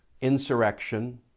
Insurrection